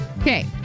Okay